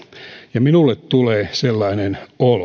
ja minulle tulee sellainen olo että